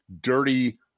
dirty